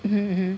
hmm